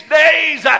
days